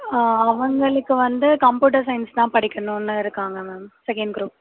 அவங்களுக்கு வந்து computer science தான் படிக்கணும்னு இருக்காங்க மேம் செகண்ட் குரூப்